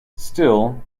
still